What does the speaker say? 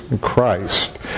Christ